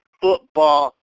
football